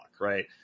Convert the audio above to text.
right